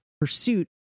pursuit